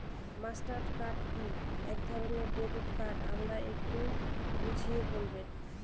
Master card কি একধরণের debit card আমায় একটু বুঝিয়ে বলবেন?